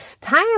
time